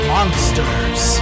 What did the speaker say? Monsters